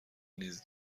نیز